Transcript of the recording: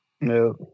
No